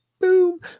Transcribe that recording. boom